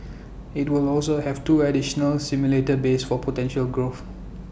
IT will also have two additional simulator bays for potential growth